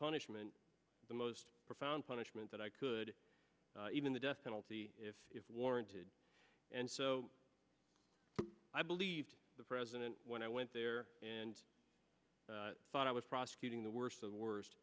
punishment the most profound punishment that i could even the death penalty if warranted and so i believed the president when i went there and thought i was prosecuting the worst of the worst